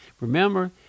Remember